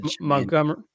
Montgomery